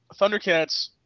Thundercats